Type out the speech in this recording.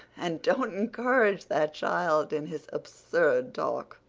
and don't encourage that child in his absurd talk.